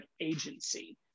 agency